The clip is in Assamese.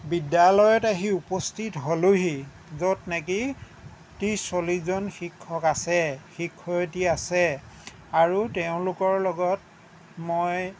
বিদ্যালয়ত আহি উপস্থিত হ'লোহি য'ত নেকি ত্ৰিশ চল্লিশজন শিক্ষক আছে শিক্ষয়ত্ৰী আছে আৰু তেওঁলোকৰ লগত মই